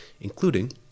including